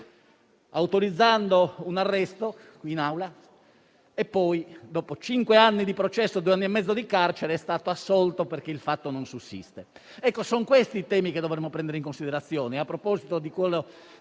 autorizzando qui un arresto. E poi, dopo cinque anni di processo e due anni e mezzo di carcere, è stato assolto perché il fatto non sussisteva. Ecco, sono questi i temi che dovremmo prendere in considerazione. A proposito di quello